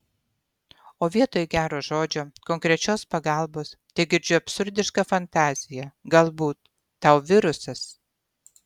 o vietoj gero žodžio konkrečios pagalbos tegirdžiu absurdišką fantaziją galbūt tau virusas